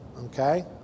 Okay